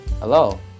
Hello